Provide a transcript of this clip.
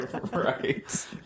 right